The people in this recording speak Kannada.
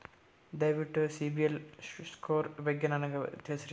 ದಯವಿಟ್ಟು ಸಿಬಿಲ್ ಸ್ಕೋರ್ ಬಗ್ಗೆ ನನಗ ತಿಳಸರಿ?